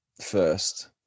first